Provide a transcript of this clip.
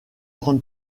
petite